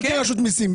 לא כרשות מיסים.